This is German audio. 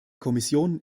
kommission